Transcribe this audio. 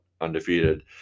undefeated